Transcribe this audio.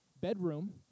bedroom